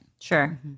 sure